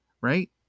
Right